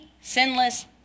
sinless